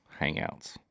hangouts